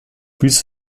willst